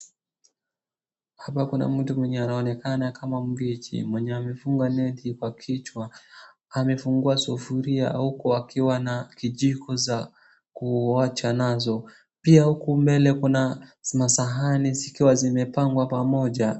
Hapa kuna mtu mwenye anaonekana kama mpishi mwenye amefunga neti kwa kichwa. Amefungua sufuria huku akiwa na kijiko za kuoja nazo. Pia huku mbele kuna masahani zikiwa zimepangwa pamoja.